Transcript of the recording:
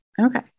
okay